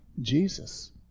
Jesus